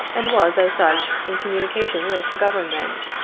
and was, as such, in communication with the government.